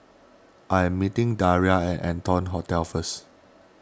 I am meeting Daria at Arton Hotel first